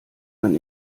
man